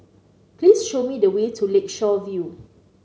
please show me the way to Lakeshore View